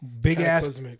big-ass